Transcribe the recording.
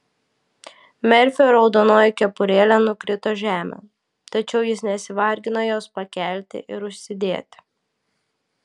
merfio raudonoji kepurėlė nukrito žemėn tačiau jis nesivargino jos pakelti ir užsidėti